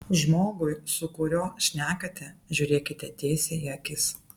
žmogui su kuriuo šnekate žiūrėkite tiesiai į akis